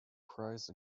prize